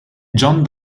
john